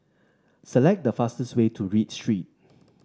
select the fastest way to Read Street